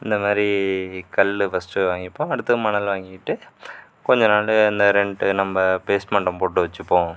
இந்தமாதிரி கல்லு ஃபர்ஸ்ட் வாங்கிப்போம் அடுத்து மணலு வாங்கிட்டு கொஞ்ச நாளு இந்த ரெண்ட்டு நம்ம பேஸ்மட்டம் போட்டு வச்சிப்போம்